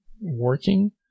working